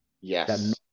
Yes